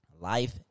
Life